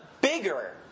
bigger